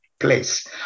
place